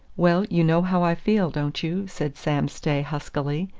well, you know how i feel, don't you? said sam stay huskily.